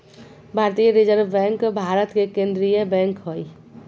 भारतीय reserve bank Bharat के केन्द्रीय बैंक हइ